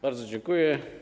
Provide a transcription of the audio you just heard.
Bardzo dziękuję.